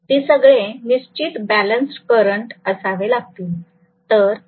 ते सगळे निश्चितच बॅलन्सड करंट असावे लागतील